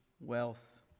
wealth